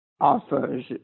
offers